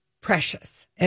precious